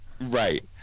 right